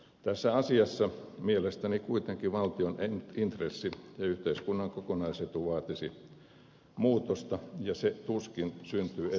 tässä asiassa mielestäni kuitenkin valtion intressi ja yhteiskunnan kokonaisetu vaatisi muutosta ja se tuskin syntyy etujärjestöjen toimesta